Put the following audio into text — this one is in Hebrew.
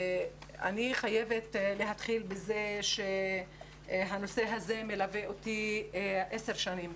אני חייבת להתחיל בזה שהנושא הזה מלווה אותי עשר שנים.